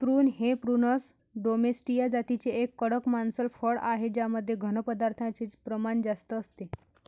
prune हे प्रूनस डोमेस्टीया जातीचे एक कडक मांसल फळ आहे ज्यामध्ये घन पदार्थांचे प्रमाण जास्त असते